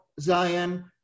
Zion